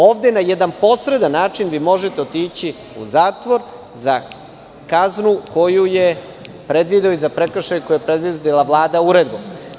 Ovde na jedan posredan način vi možete otići u zatvor za kaznu koju je predvidela i za prekršaj koju je predvidela Vlada uredbom.